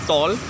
Tall